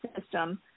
system